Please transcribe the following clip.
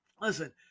listen –